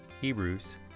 Hebrews